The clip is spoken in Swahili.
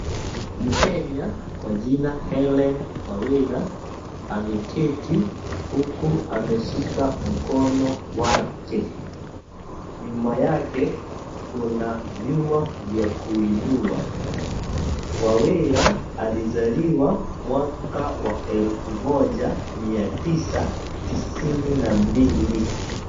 Mkenya kwa jina Hellen Wawira ameketi huku akiwa ameshika mkono wake. Nyuma yake kuna vyuma vya kuinua. Wawira alizaliwa mwaka wa elfu moja mia tisa tisini na mbili.